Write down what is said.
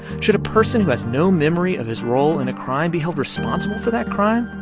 should a person who has no memory of his role in a crime be held responsible for that crime?